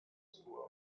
suo